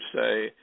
say